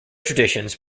traditions